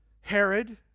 Herod